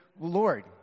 Lord